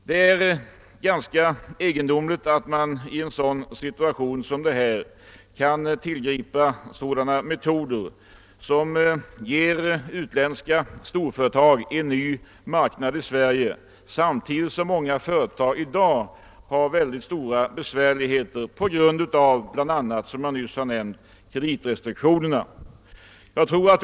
Det är ganska egendomligt att man i dagens situation kan tillgripa sådana metoder, som ger utländska storföretag en ny marknad i Sverige, samtidigt som många företag har mycket stora besvärligheter, bl.a. — som jag nyss nämnde — på grund av kreditrestriktionerna.